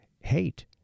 hate